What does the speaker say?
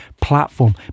platform